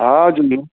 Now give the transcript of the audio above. ہاں جی